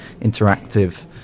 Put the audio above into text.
interactive